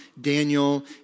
Daniel